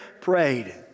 prayed